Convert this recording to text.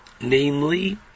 namely